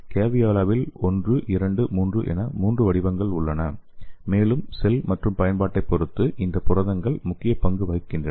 கேவியோலாவில் 1 2 3 என மூன்று வடிவங்கள் உள்ளன மேலும் செல் மற்றும் பயன்பாட்டைப் பொறுத்து இந்த புரதங்கள் முக்கிய பங்கு வகிக்கின்றன